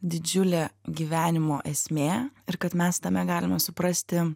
didžiulė gyvenimo esmė ir kad mes tame galime suprasti